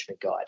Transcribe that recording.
Guide